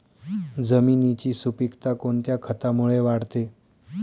जमिनीची सुपिकता कोणत्या खतामुळे वाढते?